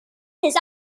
his